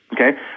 okay